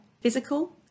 physical